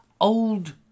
old